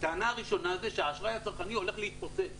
הטענה הראשונה זה שהאשראי הצרכני הולך להתפוצץ,